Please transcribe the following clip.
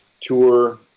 tour